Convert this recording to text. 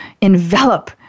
envelop